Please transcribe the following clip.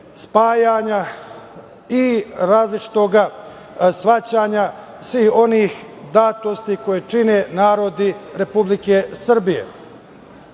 i različitog shvatanja svih onih datosti koje čine narodi Republike Srbije. Naravno